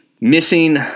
missing